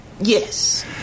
Yes